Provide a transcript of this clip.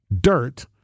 dirt